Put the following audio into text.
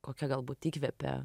kokia galbūt įkvepia